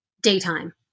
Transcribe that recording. daytime